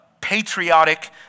patriotic